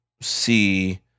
see